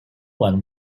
one